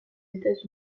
états